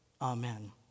Amen